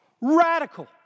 Radical